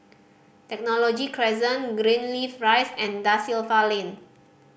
Technology Crescent Greenleaf Rise and Da Silva Lane